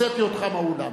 הוצאתי אותך מהאולם.